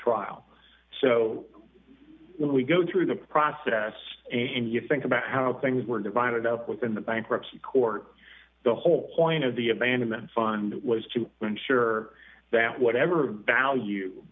trial so when we go through the process and you think about how things were divided up within the bankruptcy court the whole point of the abandonment fund was to ensure that whatever value